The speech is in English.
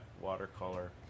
watercolor